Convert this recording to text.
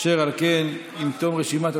אשר על כן, עם תום רשימת הדוברים,